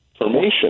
information